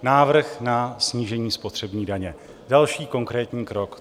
Návrh na snížení spotřební daně, další konkrétní krok.